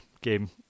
game